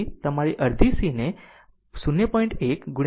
તેથી તમારી અર્ધ સીને 0